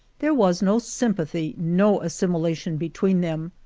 there was no sympathy, no assimilation between them.